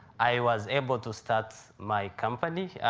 i was able to start my company,